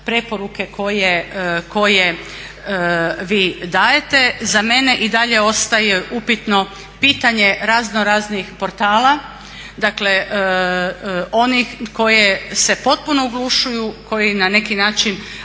koje vi dajete. Za mene i dalje ostaje upitno pitanje razno raznih portala, dakle onih koje se potpuno oglušuju, koji na neki način